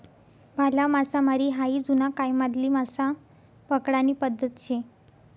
भाला मासामारी हायी जुना कायमाधली मासा पकडानी पद्धत शे